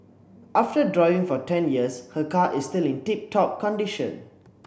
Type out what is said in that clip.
after driving for ten years her car is still in tip top condition